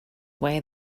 way